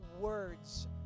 words